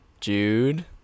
Jude